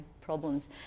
problems